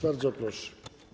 Bardzo proszę.